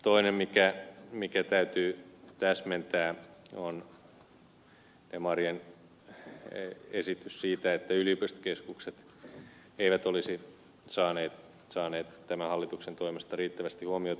toinen mikä täytyy täsmentää on demarien esitys siitä että yliopistokeskukset eivät olisi saaneet tämän hallituksen toimesta riittävästi huomiota